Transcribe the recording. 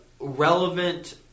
relevant